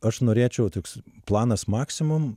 aš norėčiau toks planas maksimum